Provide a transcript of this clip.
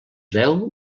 deu